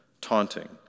taunting